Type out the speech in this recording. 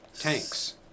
tanks